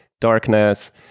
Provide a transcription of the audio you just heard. darkness